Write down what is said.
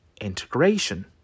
integration